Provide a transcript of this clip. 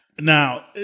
Now